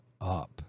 up